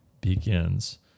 begins